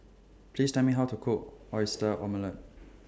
Please Tell Me How to Cook Oyster Omelette